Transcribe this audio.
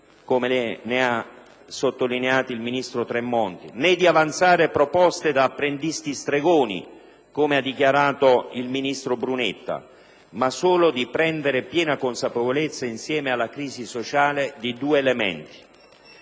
come ha sottolineato il ministro Tremonti - né di avanzare proposte da apprendisti stregoni - come ha dichiarato il ministro Brunetta - ma solo di prendere piena consapevolezza, insieme alla crisi sociale, di due elementi.